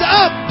up